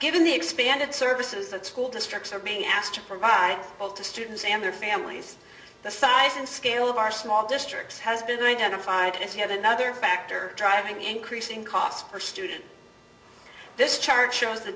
given the expanded services that school districts are being asked to provide to students and their families the size and scale of our small districts has been identified as you have another factor driving increasing cost per student this chart shows the